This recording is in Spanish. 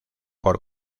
por